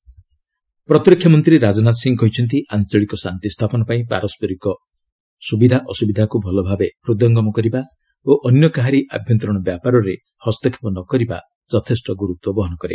Rajnath Asia conference ପ୍ରତିରକ୍ଷା ମନ୍ତ୍ରୀ ରାଜନାଥ ସିଂହ କହିଛନ୍ତି ଆଞ୍ଚଳିକ ଶାନ୍ତି ସ୍ଥାପନ ପାଇଁ ପରସ୍କରର ସ୍ରବିଧା ଅସ୍ରବିଧାକୁ ଭଲଭାବରେ ହୃଦୟଙ୍ଗମ କରିବା ଓ ଅନ୍ୟ କାହାରି ଆଭ୍ୟନ୍ତରୀଣ ବ୍ୟାପାରରେ ହସ୍ତକ୍ଷେପ ନ କରିବା ଯଥେଷ୍ଟ ଗୁରୁତ୍ୱ ବହନ କରେ